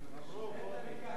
חיכה לך.